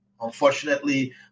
Unfortunately